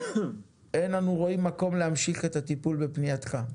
אין אנו רואים מקום להמשיך את הטיפול בפנייתך.